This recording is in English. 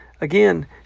again